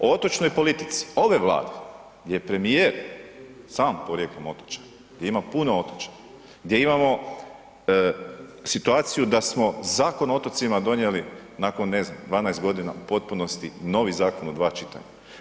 O otočnoj politici ove Vlade je premijer sam porijeklom otočan, gdje ima puno otočja, gdje imamo situaciju da smo Zakon o otocima donijeli nakon, ne znam, 12 godina u potpunosti novi zakon u dva čitanja.